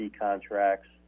contracts